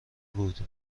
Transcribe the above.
بود